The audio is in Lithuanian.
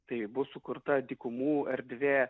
tai bus sukurta dykumų erdvė